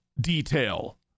detail